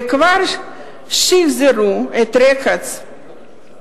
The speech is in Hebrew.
וכבר שחזרו את הרצח והורשעו,